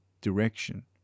direction